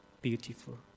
beautiful